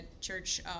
church